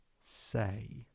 say